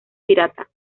pirata